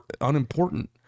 unimportant